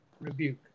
rebuke